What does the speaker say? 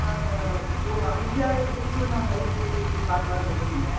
நான் ஒரு ஐயாயிரத்துக்குள்ளே நான் சைக்கிள் பார்க்கலான்ருக்குறேங்க